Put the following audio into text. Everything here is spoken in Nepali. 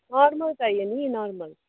नर्मल चाहियो नि नर्मल